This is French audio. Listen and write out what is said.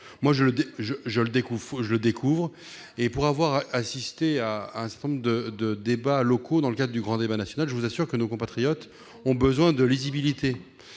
de l'État. Pour avoir assisté à un certain nombre de débats locaux dans le cadre du grand débat national, je vous assure que nos compatriotes ont besoin de lisibilité